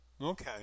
Okay